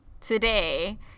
today